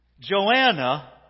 Joanna